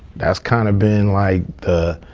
that's kinda been like, the.